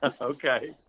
Okay